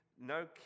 No